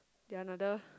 they are another